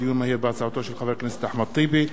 הצעתו של חבר הכנסת אחמד טיבי,